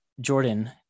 Jordan